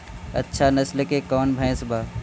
अच्छा नस्ल के कौन भैंस बा?